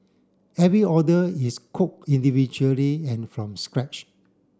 every order is cooked individually and from scratch